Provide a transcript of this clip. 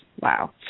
wow